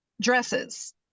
dresses